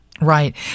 Right